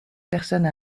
personnes